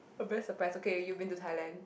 I'm very surprised okay you've been to Thailand